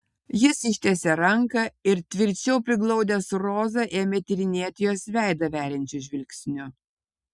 jis ištiesė ranką ir tvirčiau priglaudęs rozą ėmė tyrinėti jos veidą veriančiu žvilgsniu